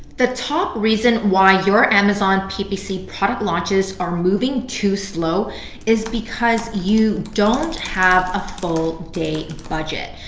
the top reason why your amazon ppc product launches are moving too slow is because you don't have a full day budget.